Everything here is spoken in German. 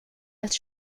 als